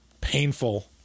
painful